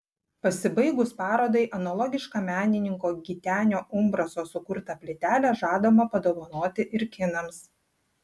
pasibaigus parodai analogišką menininko gitenio umbraso sukurtą plytelę žadama padovanoti ir kinams